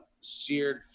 seared